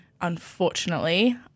unfortunately